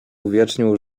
uwiecznił